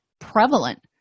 prevalent